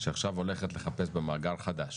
שעכשיו הולכת לחפש במאגר חדש